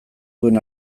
duen